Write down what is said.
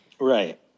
Right